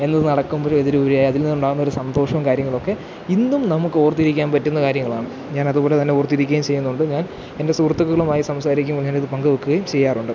എന്ന് നടക്കുമ്പോഴും ഇതിലുപരി അതിൽ നിന്നുണ്ടാകുന്നൊരു സന്തോഷം കാര്യങ്ങളൊക്കെ ഇന്നും നമുക്കോർത്തിരിക്കാന് പറ്റുന്ന കാര്യങ്ങളാണ് ഞാനതു പോലെ തന്നെ ഓർത്തിരിക്കുകയും ചെയ്യുന്നുണ്ട് ഞാൻ എൻ്റെ സുഹൃത്തുക്കളുമായി സംസാരിക്കുമ്പോള് ഞാനിത് പങ്കുവയ്ക്കുകയും ചെയ്യാറുണ്ട്